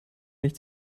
nicht